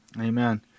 Amen